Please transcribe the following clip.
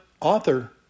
author